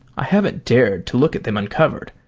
i haven't dared to look at them uncovered.